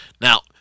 Now